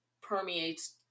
permeates